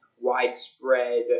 widespread